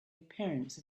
appearance